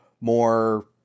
more